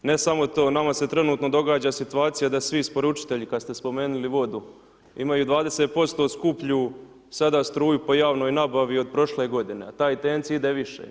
Ne samo to nama se trenutno događa situacija da svi isporučitelji kad ste spomenuli vodu, ima ih 20% skuplju sada struju po javnoj nabavi od prošle godine, a ta intencija ide više.